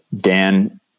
Dan